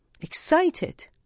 excited